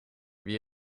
wie